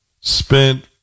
Spent